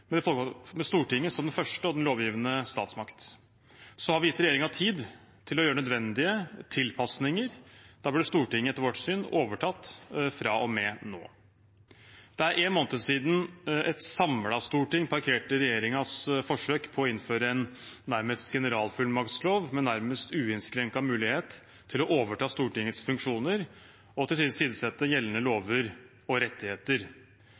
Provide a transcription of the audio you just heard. med Stortinget som den første og den lovgivende statsmakt. Vi har gitt regjeringen tid til å gjøre nødvendige tilpasninger, og da burde Stortinget etter vårt syn overtatt fra og med nå. Det er én måned siden et samlet storting parkerte regjeringens forsøk på å innføre en nærmest generalfullmaktslov med nærmest uinnskrenket mulighet til å overta Stortingets funksjoner og tilsidesette gjeldende lover og rettigheter.